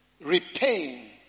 repaying